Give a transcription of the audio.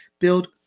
build